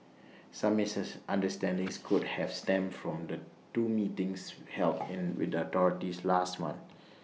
some misses understanding could have stemmed from the two meetings helping with the authorities last month